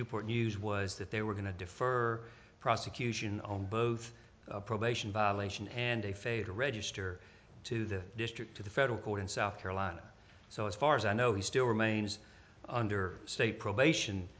newport news was that they were going to defer prosecution on both a probation violation and a fatal register to the district to the federal court in south carolina so as far as i know he still remains under state probation